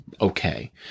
okay